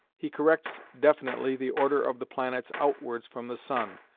he corrects definitely the order of the planets outwards from the sun,